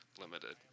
limited